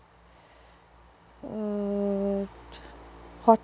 uh